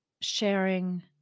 sharing